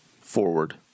forward